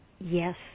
Yes